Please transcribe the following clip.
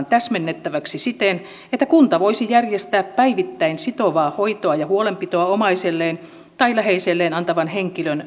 täsmennettäväksi siten että kunta voisi järjestää päivittäin sitovaa hoitoa ja huolenpitoa omaiselleen tai läheiselleen antavan henkilön